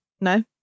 No